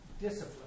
Discipline